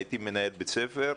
הייתי מנהל בית ספר,